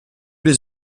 les